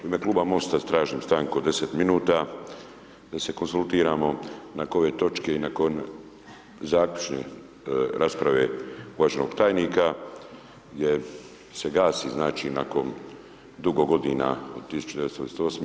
U ime kluba MOST-a tražim stanku od 10 minuta da se konzultiramo na kojoj točki nakon zaključne rasprave uvaženog tajnika gdje se gasi znači nakon dugo godina od 1998.